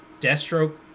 Deathstroke